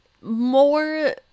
more